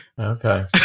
Okay